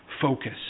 focus